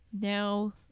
now